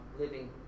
living